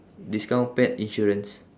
discount pet insurance